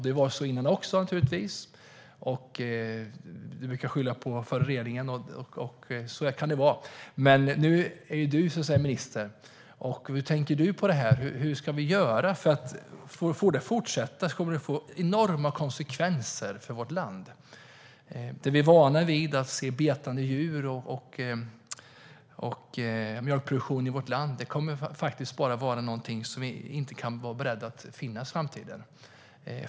Det var så innan också, naturligtvis, och du brukar skylla på den förra regeringen, och så kan det vara, men nu är det du som är minister, Sven-Erik Bucht. Hur tänker du om det här? Om det här får fortsätta får det enorma konsekvenser för vårt land. Vi är vana vid att se betande djur och vid att det finns mjölkproduktion i vårt land, men vi kommer faktiskt att behöva vara beredda på att det inte är så i framtiden.